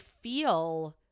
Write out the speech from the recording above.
feel